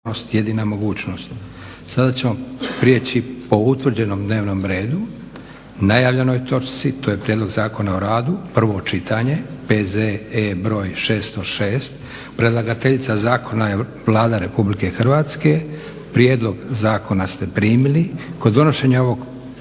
Josip (SDP)** Sada ćemo prijeći po utvrđenom dnevnom redu, najavljenoj točci, to je - Prijedlog Zakona o radu, prvo čitanje, P.Z.E. br. 606 Predlagateljica zakona je Vlada RH. Prijedlog zakona ste primili. Kod donošenja ovog